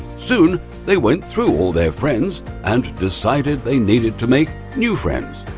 soon they went through all their friends and decided they needed to make new friends,